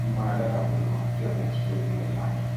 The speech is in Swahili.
Mwanadada huyu akiwa ameachilia nywele yake